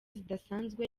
zidasanzwe